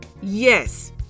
yes